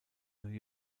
new